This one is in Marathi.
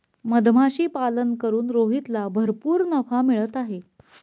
मधमाशीपालन करून रोहितला भरपूर नफा मिळत आहे